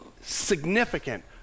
significant